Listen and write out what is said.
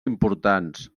importants